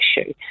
issue